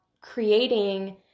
creating